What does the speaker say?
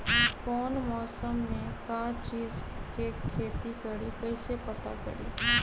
कौन मौसम में का चीज़ के खेती करी कईसे पता करी?